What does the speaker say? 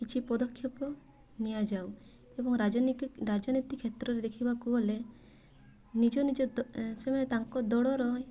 କିଛି ପଦକ୍ଷେପ ନିଆଯାଉ ଏବଂ ରାଜନୀତି ରାଜନୀତି କ୍ଷେତ୍ରରେ ଦେଖିବାକୁ ଗଲେ ନିଜ ନିଜ ସେମାନେ ତାଙ୍କ ଦଳର